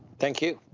thank you.